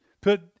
put